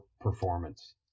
performance